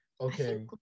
Okay